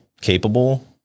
capable